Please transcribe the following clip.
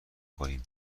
خوریم